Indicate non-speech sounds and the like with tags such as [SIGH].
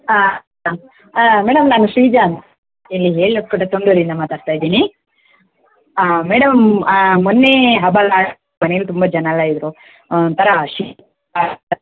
ಹಾಂ ಮೇಡಮ್ ನಾನು ಶ್ರೀಜಾ ಅಂತ್ಹೇಳಿ [UNINTELLIGIBLE] ಇಂದ ಮಾತಾಡ್ತಾಯಿದ್ದೀನಿ ಮೇಡಮ್ ಮೊನ್ನೆ ಹಬ್ಬ [UNINTELLIGIBLE] ಮನೆಲಿ ತುಂಬ ಜನ ಎಲ್ಲ ಇದ್ದರು ಒಂಥರ ಶೀತ